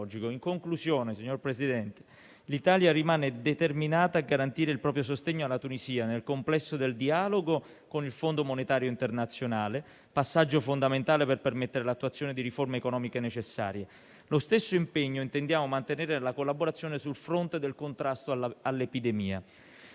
In conclusione, signor Presidente, l'Italia rimane determinata a garantire il proprio sostegno alla Tunisia, nel complesso del dialogo con il Fondo monetario internazionale, passaggio fondamentale per permettere l'attuazione di riforme economiche necessarie. Intendiamo mantenere lo stesso impegno nella collaborazione sul fronte del contrasto all'epidemia.